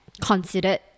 considered